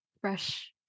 fresh